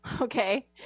okay